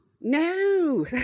No